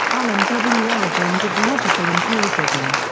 alan w. origins of logical empiricism.